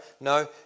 No